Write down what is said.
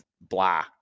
blah